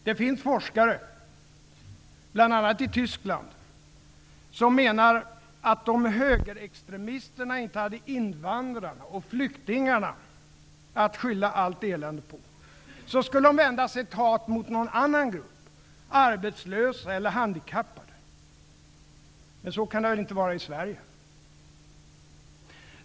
Det finns forskare, bl.a. i Tyskland, som menar att högerextremisterna, om de inte hade invandrarna och flyktingarna att skylla allt elände på, skulle vända sitt hat mot någon annan grupp, t.ex. Men så kan det väl ändå inte vara i Sverige?